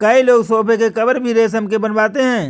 कई लोग सोफ़े के कवर भी रेशम के बनवाते हैं